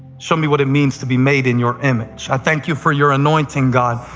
show me what it means to be made in your image. i thank you for your anointing, god,